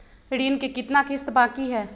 ऋण के कितना किस्त बाकी है?